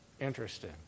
Interesting